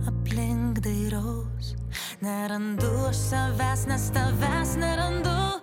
aplink dairaus nerandu aš savęs nes tavęs nerandu